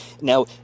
Now